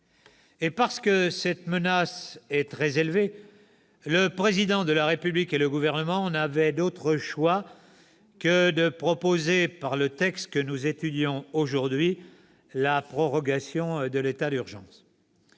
Pour cette raison, le Président de la République et le Gouvernement n'avaient d'autre choix que de proposer, par le texte que nous étudions aujourd'hui, la prorogation de l'état d'urgence.